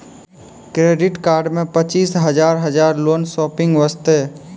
Credit card मे पचीस हजार हजार लोन शॉपिंग वस्ते?